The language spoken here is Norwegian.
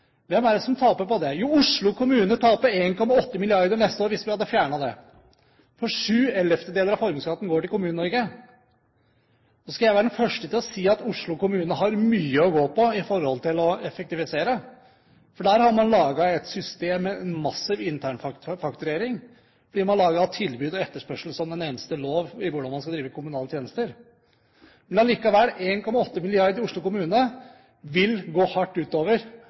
Hvem er det som taper på det? Jo, Oslo kommuner taper 1,8 mrd. kr neste år hvis vi fjerner det, for sju ellevtedeler av formuesskatten går til Kommune-Norge. Nå skal jeg være den første til å si at Oslo kommune har mye å gå på når det gjelder å effektivisere. For der har man laget et system med en massiv internfakturering, hvor tilbud og etterspørsel er det eneste som teller når det gjelder hvordan man skal drive kommunale tjenester. Men allikevel: 1,8 mrd. kr mindre til Oslo kommune vil gå hardt